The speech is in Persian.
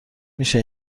میشه